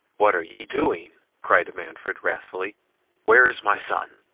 what are ye doing? cried manfred, wrathfully where is my son?